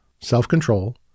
self-control